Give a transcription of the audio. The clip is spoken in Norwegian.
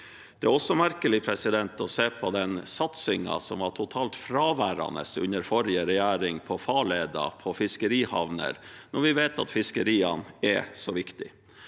Det er også merkelig å se den satsingen som var totalt fraværende under forrige regjering på farleier og fiskerihavner, når vi vet at fiskeriene er så viktige.